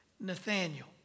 Nathaniel